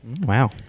wow